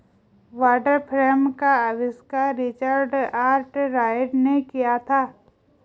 water frame का आविष्कार Richard Arkwright ने किया था